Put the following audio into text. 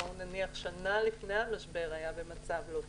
נניח שנה לפני המשבר במצב לא טוב,